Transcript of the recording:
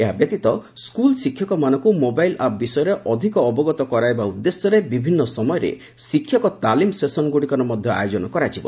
ଏହା ବ୍ୟତୀତ ସ୍କୁଲ ଶିକ୍ଷକମାନଙ୍କୁ ମୋବାଇଲ୍ ଆପ୍ ବିଷୟରେ ଅଧିକ ଅବଗତ କରାଇବା ଉଦ୍ଦେଶ୍ୟରେ ବିଭିନ୍ନ ସମୟରେ ଶିକ୍ଷକ ତାଳିମ ସେସନ୍ଗ୍ରଡ଼ିକର ମଧ୍ୟ ଆୟୋଜନ କରାଯିବ